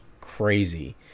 crazy